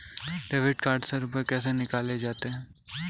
Debit card से रुपये कैसे निकाले जाते हैं?